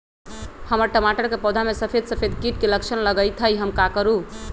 हमर टमाटर के पौधा में सफेद सफेद कीट के लक्षण लगई थई हम का करू?